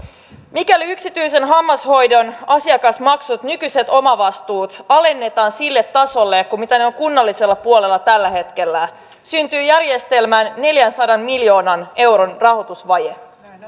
mikäli yksityisen hammashoidon asiakasmaksut nykyiset omavastuut alennetaan sille tasolle kuin ne ovat kunnallisella puolella tällä hetkellä syntyy järjestelmään neljänsadan miljoonan euron rahoitusvaje